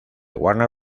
warner